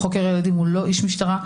חוקר הילדים הוא לא איש משטרה,